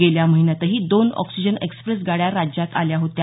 गेल्या महिन्यातही दोन ऑक्सिजन एक्सप्रेस गाड्या राज्यात आल्या होत्या